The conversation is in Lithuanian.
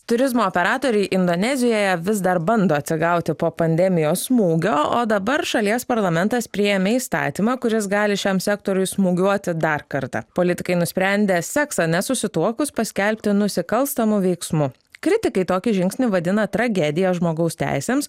turizmo operatoriai indonezijoje vis dar bando atsigauti po pandemijos smūgio o dabar šalies parlamentas priėmė įstatymą kuris gali šiam sektoriui smūgiuoti dar kartą politikai nusprendė seksą nesusituokus paskelbti nusikalstamu veiksmu kritikai tokį žingsnį vadina tragedija žmogaus teisėms